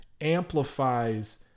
amplifies